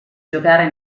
giocare